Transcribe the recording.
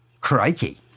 Crikey